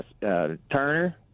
Turner